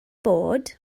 bod